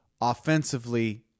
offensively